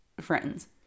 friends